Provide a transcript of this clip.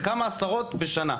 זה כמה עשרות בשנה.